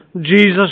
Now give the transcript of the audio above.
Jesus